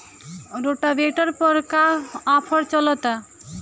Rotavator पर का offer चलता?